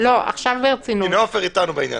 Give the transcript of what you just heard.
בית אוכל ובית תפילה הנמצאים בתחומם